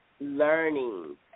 Learning